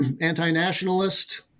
anti-nationalist